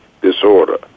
Disorder